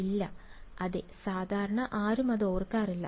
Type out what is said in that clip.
ഇല്ല അതെ സാധാരണ ആരും അത് ഓർക്കാറില്ല